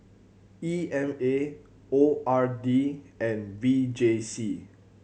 E M A O R D and V J C